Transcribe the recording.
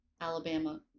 Alabama